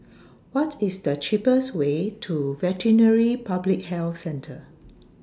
What IS The cheapest Way to Veterinary Public Health Centre